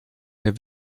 der